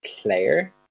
player